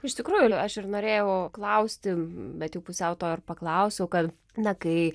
iš tikrųjų aš ir norėjau klausti bet jau pusiau to ir paklausiau kad na kai